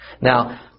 Now